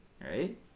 right